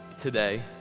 today